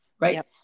right